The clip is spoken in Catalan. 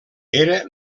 era